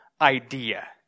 idea